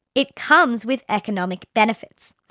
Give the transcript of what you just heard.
it comes with economic benefits.